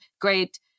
great